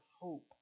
hope